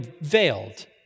veiled